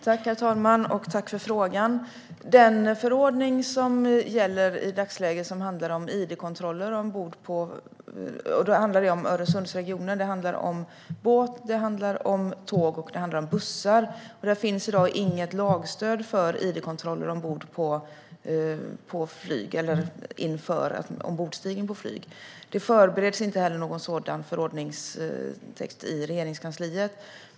Herr talman! Tack för frågan! Den förordning som gäller i dagsläget i fråga om id-kontroller - det handlar då om Öresundsregionen - handlar om båt, tåg och bussar. Det finns i dag inget lagstöd för id-kontroller ombord på flyg eller inför ombordstigning på flyg. Det förbereds inte heller någon sådan förordningstext i Regeringskansliet.